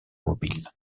mobile